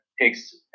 takes